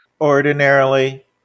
Ordinarily